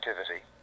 activity